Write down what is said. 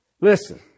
Listen